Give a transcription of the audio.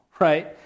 right